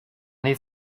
need